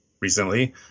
recently